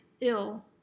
ill